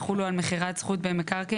יחולו על מכירת זכות במקרקעין,